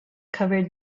covered